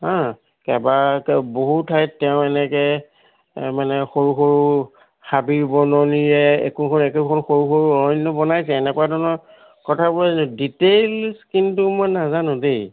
হা তাৰপৰা বহু ঠাইত তেওঁ এনেকৈ মানে সৰু সৰু হাবি বননীৰে একোখন একোখন সৰু সৰু অৰণ্য় বনাইছে এনেকুৱা ধৰণৰ কথাবোৰ ডিটেইলছ কিন্তু মই নাজানো দেই